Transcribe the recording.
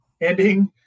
ending